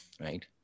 right